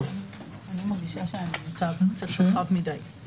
יש לי תחושה שזה קצת רחב מדי.